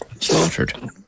slaughtered